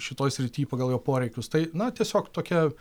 šitoj srity pagal jo poreikius tai na tiesiog tokia